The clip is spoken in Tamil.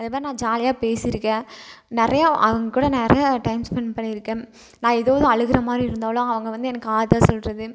அதேமாதிரி நான் ஜாலியாக பேசிருக்கேன் நிறையா அவங்கூட நிறையா டைம் ஸ்பென்ட் பண்ணியிருக்கேன் நான் எதோவது அழுகிற மாதிரி இருந்தாலும் அவங்க வந்து எனக்கு ஆறுதல் சொல்கிறது